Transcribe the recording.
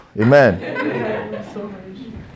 Amen